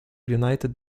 united